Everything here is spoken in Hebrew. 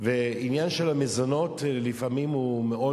והעניין של המזונות לפעמים הוא מאוד,